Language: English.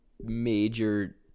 major